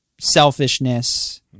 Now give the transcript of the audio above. selfishness